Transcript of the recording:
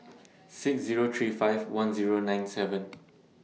six Zero three five one Zero nine seven